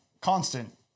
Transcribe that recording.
constant